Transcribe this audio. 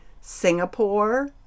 Singapore